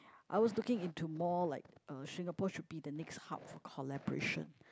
I was looking into more like uh Singapore should be the next hub for collaboration